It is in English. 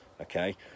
Okay